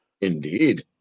Indeed